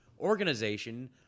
organization